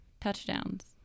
touchdowns